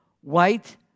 white